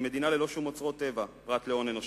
היא מדינה ללא שום אוצרות טבע פרט להון אנושי,